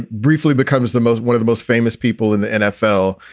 briefly becomes the most one of the most famous people in the nfl.